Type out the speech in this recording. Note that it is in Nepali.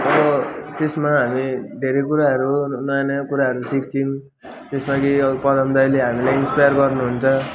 अब त्यसमा हामी धेरै कुराहरू नयाँ नयाँ कुराहरू सिक्छौँ त्यसमा कि पदम दाइले हामीलाई इन्स्पायर गर्नहुन्छ